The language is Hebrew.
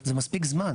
זה מספיק זמן,